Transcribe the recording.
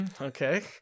okay